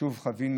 חווינו